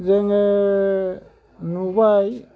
जोङो नुबाय